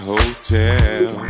Hotel